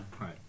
Right